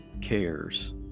cares